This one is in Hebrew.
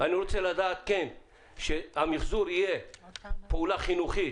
אני רוצה לדעת שהמיחזור יהיה פעולה חינוכית